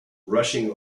rushing